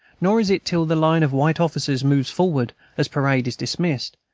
nor is it till the line of white officers moves forward, as parade is dismissed,